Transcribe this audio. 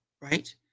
right